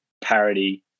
parody